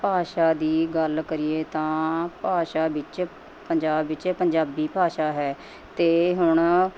ਭਾਸ਼ਾ ਦੀ ਗੱਲ ਕਰੀਏ ਤਾਂ ਭਾਸ਼ਾ ਵਿੱਚ ਪੰਜਾਬ ਵਿੱਚ ਪੰਜਾਬੀ ਭਾਸ਼ਾ ਹੈ ਅਤੇ ਹੁਣ